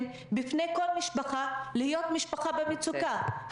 בפני כל משפחה להיות משפחה במצוקה.